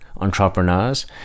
entrepreneurs